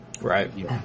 Right